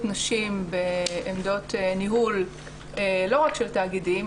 נשים בעמדות ניהול לא רק של תאגידים,